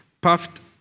puffed